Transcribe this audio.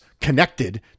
connected